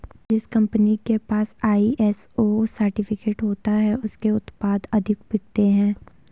जिस कंपनी के पास आई.एस.ओ सर्टिफिकेट होता है उसके उत्पाद अधिक बिकते हैं